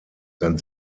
dann